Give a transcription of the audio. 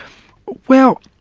well